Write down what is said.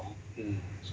mm